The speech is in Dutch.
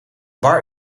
bar